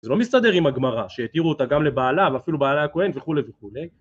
זה לא מסתדר עם הגמרא, שהתירו אותה גם לבעלה, אפילו בעלה הכהן וכולי וכולי.